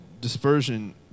dispersion